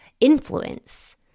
influence